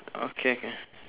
okay okay